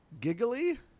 Giggly